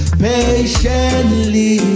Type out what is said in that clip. patiently